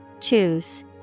Choose